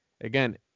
again